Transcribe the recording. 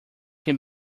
can